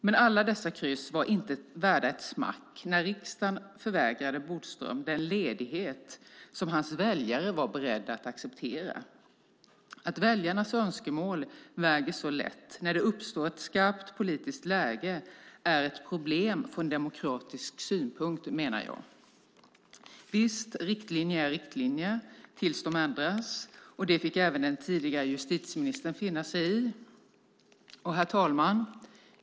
Men alla dessa kryss var inte värda ett smack när riksdagen förvägrade Bodström den ledighet som hans väljare var beredda att acceptera. Att väljarnas önskemål väger så lätt när det uppstår ett skarpt politiskt läge är ett problem från demokratisk synpunkt, menar jag. Visst, riktlinjer är riktlinjer tills de ändras, och det fick även den tidigare justitieministern finna sig i. Herr talman!